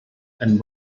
and